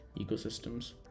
ecosystems